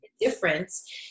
difference